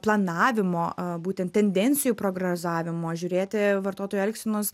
planavimo a būtent tendencijų prograzavimo žiūrėti vartotojų elgsenos